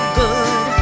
good